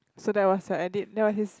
so there was a edit that was his